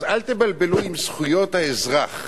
אז אל תבלבלו עם זכויות האזרח,